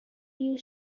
you